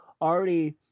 already